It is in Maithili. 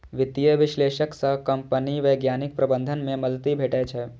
वित्तीय विश्लेषक सं कंपनीक वैज्ञानिक प्रबंधन मे मदति भेटै छै